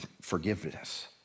forgiveness